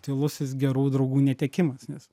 tylusis gerų draugų netekimas nes